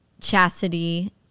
Chastity